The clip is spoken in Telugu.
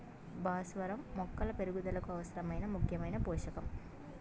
భాస్వరం మొక్కల పెరుగుదలకు అవసరమైన ముఖ్యమైన పోషకం